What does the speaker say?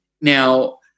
Now